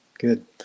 Good